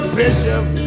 bishop